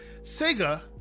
sega